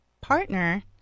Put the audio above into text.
partner